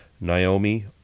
Naomi